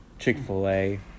chick-fil-a